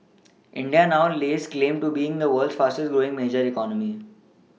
india now lays claim to being the world's fastest growing major economy